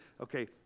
Okay